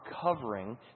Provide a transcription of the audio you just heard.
covering